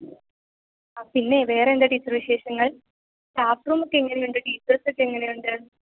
ആഹ് പിന്നെ വേറെ എന്താ ടീച്ചറെ വിശേഷങ്ങള് സ്റ്റാഫ് റൂമ് ഒക്കെ എങ്ങനെയുണ്ട് ടീച്ചേര്സ് ഒക്കെ എങ്ങനെയുണ്ട്